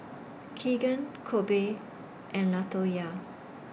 Kegan Kobe and Latoyia